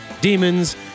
demons